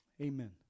Amen